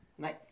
Nice